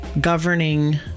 governing